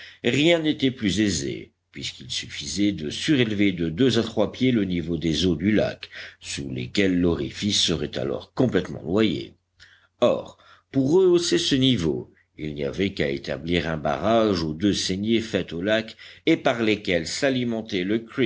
rien n'était plus aisé puisqu'il suffisait de surélever de deux à trois pieds le niveau des eaux du lac sous lesquelles l'orifice serait alors complètement noyé or pour rehausser ce niveau il n'y avait qu'à établir un barrage aux deux saignées faites au lac et par lesquelles s'alimentaient le